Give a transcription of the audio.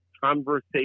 conversation